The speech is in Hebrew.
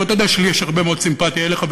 ואתה יודע שלי יש הרבה מאוד סימפתיה אליך,